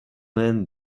man